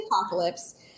apocalypse